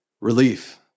relief